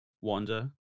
Wanda